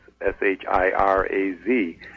S-H-I-R-A-Z